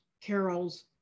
Carol's